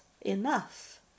enough